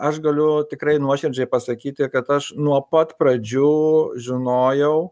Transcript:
aš galiu tikrai nuoširdžiai pasakyti kad aš nuo pat pradžių žinojau